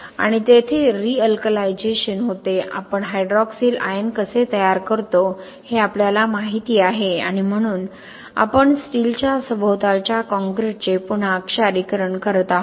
आणि तेथे realkalisation होते आपण हायड्रॉक्सिल आयन कसे तयार करतो हे आपल्याला माहिती आहे आणि म्हणून आपण स्टीलच्या सभोवतालच्या कॉंक्रिटचे पुन्हा क्षारीकरण करत आहोत